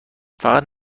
فقط